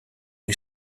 who